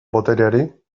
botereari